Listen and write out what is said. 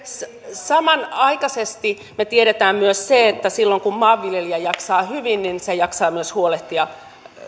samanaikaisesti me tiedämme myös sen että silloin kun maanviljelijä jaksaa hyvin hän jaksaa myös huolehtia